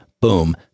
Boom